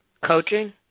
Coaching